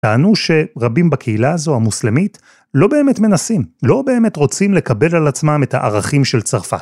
טענו שרבים בקהילה הזו המוסלמית לא באמת מנסים, לא באמת רוצים לקבל על עצמם את הערכים של צרפת.